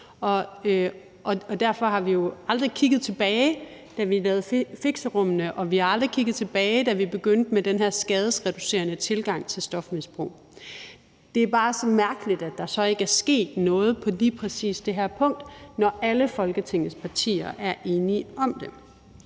Derfor har vi jo aldrig kigget tilbage, da vi lavede fixerummene, og vi har aldrig kigget tilbage, da vi begyndte med den her skadesreducerende tilgang til stofmisbrug. Det er bare så mærkeligt, at der så ikke er sket noget på lige præcis det her punkt, når alle Folketingets partier er enige om det.